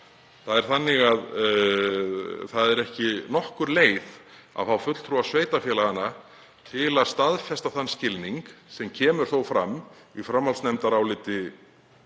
varðar. Það er ekki nokkur leið að fá fulltrúa sveitarfélaganna til að staðfesta þann skilning, sem kemur þó fram í framhaldsnefndaráliti